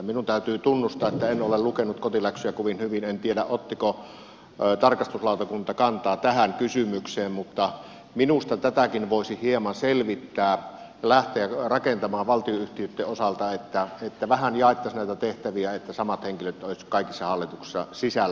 minun täytyy tunnustaa että en ole lukenut kotiläksyjä kovin hyvin en tiedä ottiko tarkastusvaliokunta kantaa tähän kysymykseen mutta minusta tätäkin voisi hieman selvittää lähteä rakentamaan valtionyhtiöitten osalta että vähän jaettaisiin näitä tehtäviä etteivät samat henkilöt olisi kaikissa hallituksissa sisällä